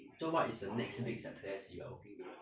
so what is the next big success you are working towards